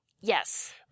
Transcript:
Yes